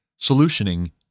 solutioning